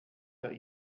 der